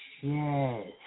Yes